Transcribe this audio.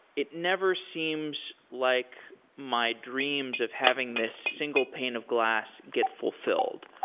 it never seems like my dreams of having this single pane of glass get fulfilled.